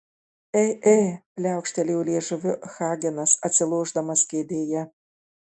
ei ei pliaukštelėjo liežuviu hagenas atsilošdamas kėdėje